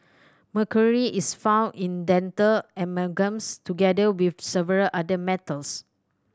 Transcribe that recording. mercury is found in dental amalgams together with several other metals